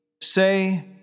Say